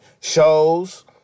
shows